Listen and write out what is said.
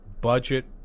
budget